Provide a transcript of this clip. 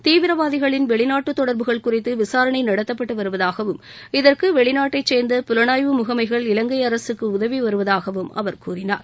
தீவிரவாதிகளின் வெளிநாட்டு தொடர்புகள் குறித்து விசாரனை நடத்தப்பட்டு வருவதாகவும் இதற்கு வெளிநாட்டைச் சேர்ந்த புலனாய்வு முகமைகள் இலங்கை அரசுக்கு உதவி வருவதாகவும் அவர் கூறினார்